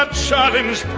ah shot it